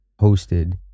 hosted